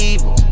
Evil